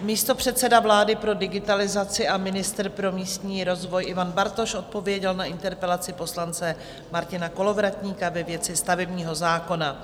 Místopředseda vlády pro digitalizaci a ministr pro místní rozvoj Ivan Bartoš odpověděl na interpelaci poslance Martina Kolovratníka ve věci stavebního zákona.